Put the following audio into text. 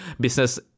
business